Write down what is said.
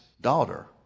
daughter